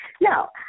No